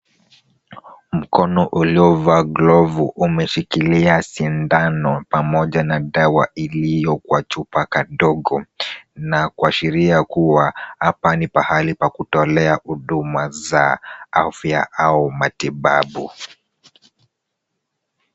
Mkono uliovaa glovu umeshikilia sindano pamoja na dawa iliyo kwa chupa kadogo na kuashiria kuwa hapa ni pahali pa kutolea huduma za afya au matibabu .